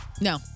No